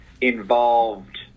involved